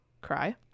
cry